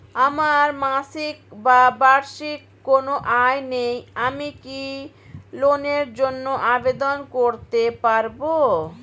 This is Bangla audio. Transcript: আমার মাসিক বা বার্ষিক কোন আয় নেই আমি কি লোনের জন্য আবেদন করতে পারব?